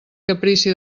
caprici